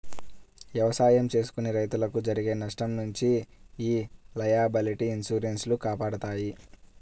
ఎవసాయం చేసుకునే రైతులకు జరిగే నష్టం నుంచి యీ లయబిలిటీ ఇన్సూరెన్స్ లు కాపాడతాయి